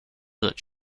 its